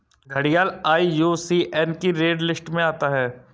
घड़ियाल आई.यू.सी.एन की red list में आता है